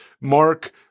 Mark